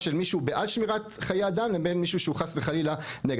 של מישהו שהוא בעד שמירת חיי אדם לבין מישהו שהוא חלילה נגד.